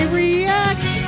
react